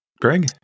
Greg